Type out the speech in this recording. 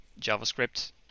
JavaScript